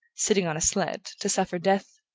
sitting on a sled, to suffer death,